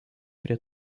prie